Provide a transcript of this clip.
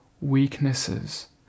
weaknesses